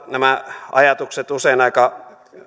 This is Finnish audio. nämä ajatukset ovat usein aika